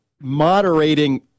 moderating